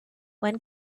one